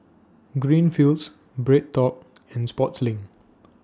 Greenfields BreadTalk and Sportslink